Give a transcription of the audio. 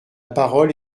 parole